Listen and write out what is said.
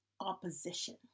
opposition